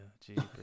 Jesus